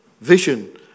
Vision